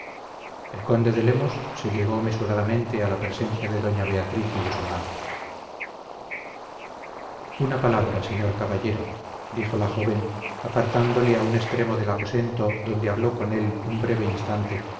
el conde de lemus se llegó mesuradamente a la presencia de doña beatriz y de su madre una palabra señor caballero dijo la joven apartándole a un extremo del aposento donde habló con él un breve instante